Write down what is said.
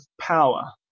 power